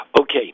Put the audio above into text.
Okay